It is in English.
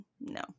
No